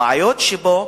הבעיות שבו,